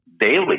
daily